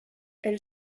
elle